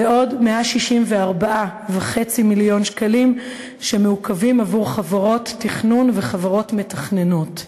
ועוד 164.5 מיליון שקלים שמעוכבים עבור חברות תכנון וחברות מתכננות.